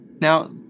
Now